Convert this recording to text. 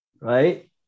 right